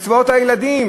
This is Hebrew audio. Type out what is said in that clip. או קצבאות הילדים,